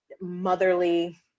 motherly